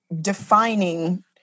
defining